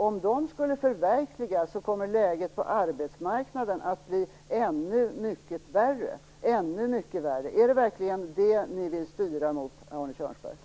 Om de skulle förverkligas kommer läget på arbetsmarknaden att bli ännu mycket värre. Är det verkligen det ni vill styra mot, Arne Kjörnsberg?